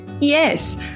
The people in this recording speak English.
Yes